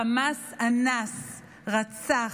חמאס אנס, רצח,